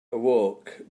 awoke